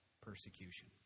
persecution